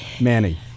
Manny